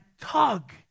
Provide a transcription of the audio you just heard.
tug